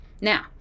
Now